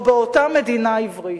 או באותה מדינה עברית?